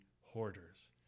hoarders